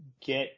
get